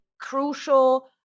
Crucial